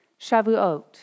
Shavuot